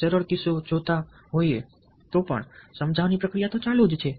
સરળ કિસ્સો જોતા હોઈએ તો પણ સમજાવવાની પ્રક્રિયા ચાલુ છે